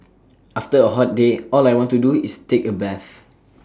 after A hot day all I want to do is take A bath